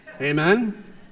Amen